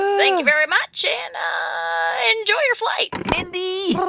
thank you very much, and enjoy your flight mindy.